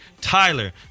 tyler